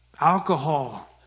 Alcohol